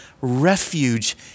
refuge